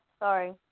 Sorry